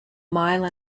mile